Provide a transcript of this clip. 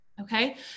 Okay